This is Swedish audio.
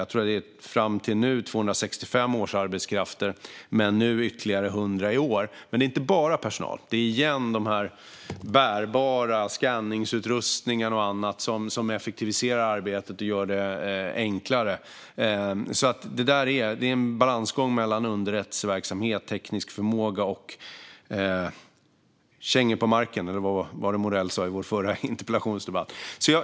Jag tror att det fram till nu är 265 årsarbetskrafter, men det blir ytterligare 100 i år. Men det handlar inte bara om personal utan också om bärbara skanningsutrustningar och annat som effektiviserar arbetet och gör det enklare. Det är en balansgång mellan underrättelseverksamhet, teknisk förmåga och kängor på marken, eller vad det var Morell sa i vår förra interpellationsdebatt.